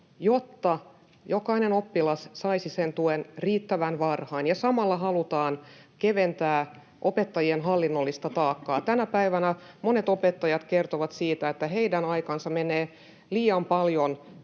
jotta jokainen oppilas saisi sen tuen riittävän varhain, ja samalla halutaan keventää opettajien hallinnollista taakkaa. Tänä päivänä monet opettajat kertovat, että heidän aikaansa menee liian paljon